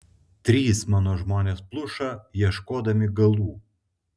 trys mano žmonės pluša ieškodami galų